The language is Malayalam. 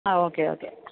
ആ ഓക്കെ ഓക്കെ